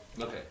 Okay